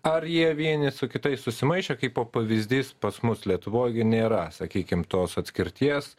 ar jie vieni su kitais susimaišė kaip po pavyzdys pas mus lietuvoj gi nėra sakykim tos atskirties